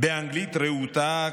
באנגלית רהוטה,